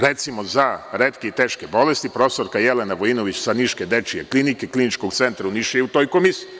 Recimo, za retke i teške bolesti, profesorka Jelena Vojinović sa niške dečije klinike Kliničkog centra u Nišu je u toj komisiji.